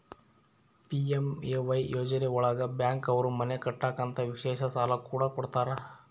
PMAY ಯೋಜನೆ ಒಳಗ bank ಅವ್ರು ಮನೆ ಕಟ್ಟಕ್ ಅಂತ ವಿಶೇಷ ಸಾಲ ಕೂಡ ಕೊಡ್ತಾರ